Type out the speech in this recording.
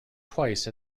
twice